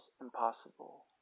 impossible